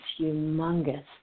humongous